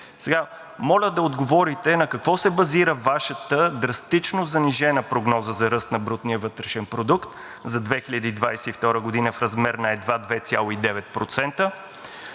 Моля да отговорите: на какво се базира Вашата драстично занижена прогноза за ръст на брутния вътрешен продукт за 2022 г. в размер на едва 2,9%,